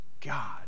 God